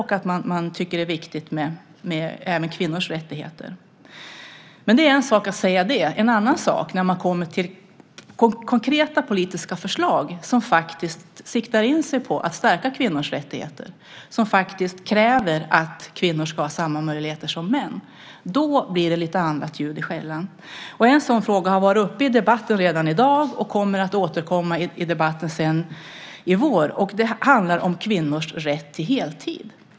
Man tycker att även kvinnors rättigheter är något viktigt. Det är en sak att säga det. Det är en annan sak när man kommer till konkreta politiska förslag som faktiskt siktar in sig på att stärka kvinnors rättigheter och som kräver att kvinnor ska ha samma möjligheter som män. Då blir det annat ljud i skällan. En sådan fråga har varit uppe i debatten i dag. Den återkommer i debatten i vår. Det handlar om kvinnors rätt till heltid.